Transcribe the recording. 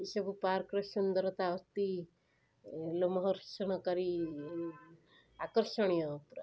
ଏସବୁ ପାର୍କ ର ସୁନ୍ଦରତା ଅତି ଲୋମହର୍ଷଣକାରୀ ଆକର୍ଷଣୀୟ ପୁରା